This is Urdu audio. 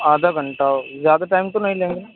آدھا گھنٹہ زیادہ ٹائم تو نہیں لیں گے